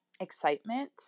excitement